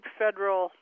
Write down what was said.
federal